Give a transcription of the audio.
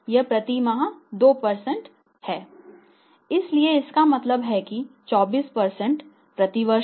यह प्रति माह 2 है इसलिए इसका मतलब है कि 24 प्रति वर्ष